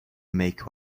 make